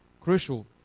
crucial